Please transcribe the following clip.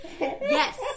Yes